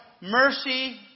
mercy